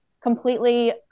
completely